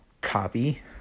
copy